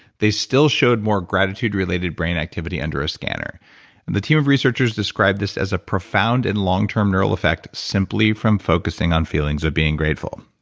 they still showed more gratitude related brain activity under a scanner and the team of researchers described this as a profound and long-term neural effect simply from focusing on feelings of being grateful.